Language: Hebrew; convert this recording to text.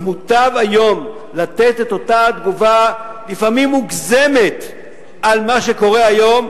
ומוטב היום לתת את אותה תגובה לפעמים מוגזמת על מה שקורה היום,